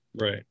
right